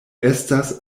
estas